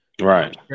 Right